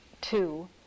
two